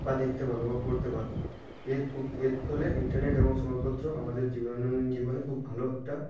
বা দেখতে পারবো বা পড়তে পারবো এর ফো এর ফলে ইন্টেরনেট এবং সংবাদপত্র আমাদের জীবনে দৈনন্দিন জীবনে খুব ভালো একটা